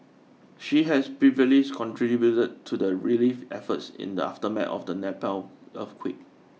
she has previously contributed to the relief efforts in the aftermath of the Nepal earthquake